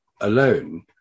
alone